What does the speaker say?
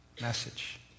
message